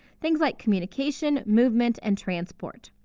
things like communication, movement, and transport.